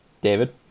David